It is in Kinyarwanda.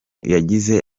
yagize